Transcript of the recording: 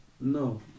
No